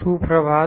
सुप्रभात